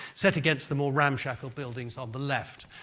set against the more ramshackle buildings on the left.